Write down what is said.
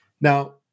Now